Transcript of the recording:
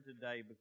today